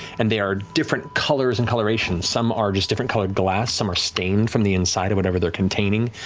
and they are different colors and colorations. some are just different colored glass. some are stained from the inside of whatever they're containing.